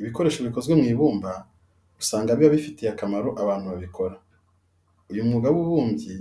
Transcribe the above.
Ibikoresho bikozwe mu ibumba usanga biba bifitiye akamaro abantu babikora. Uyu mwuga w'ububumbyi